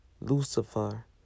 Lucifer